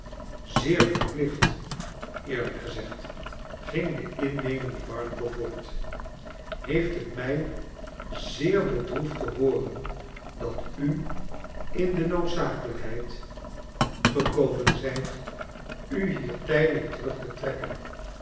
zeer verplicht eerlijk gezegd ging de innemende barnacle voort heeft het mij zeer bedroefd te hooren dat u hi de noodzakelijkheid gekomen zijt u hier tijdelijk terug te trekken